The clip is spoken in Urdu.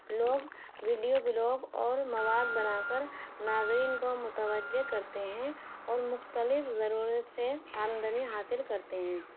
لوگ ویڈیو بلاگ اور مواد بنا کر ناظرین کو متوجہ کرتے ہیں اور مختلف ضرورت سے آمدنی حاصل کرتے ہیں